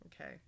Okay